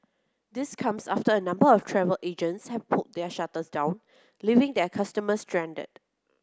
this comes after a number of travel agents have pulled their shutters down leaving their customers stranded